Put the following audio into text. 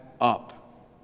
up